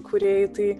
kūrėjai tai